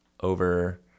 over